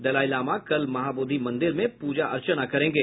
दलाई लामा कल महाबोद्धि मंदिर में पूजा अर्चना करेंगे